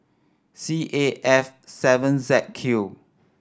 C A F seven Z Q